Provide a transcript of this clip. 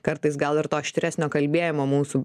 kartais gal ir to aštresnio kalbėjimo mūsų